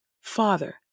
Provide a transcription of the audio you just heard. Father